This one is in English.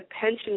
pension